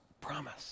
promise